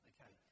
Okay